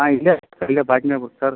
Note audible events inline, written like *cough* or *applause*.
ಹಾಂ ಇಲ್ಲೆ *unintelligible* ಸರ್